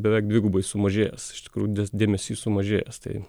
beveik dvigubai sumažėjęs iš tikrųjų dėmesys sumažėjęs tai